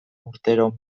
urtero